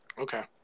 Okay